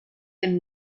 dem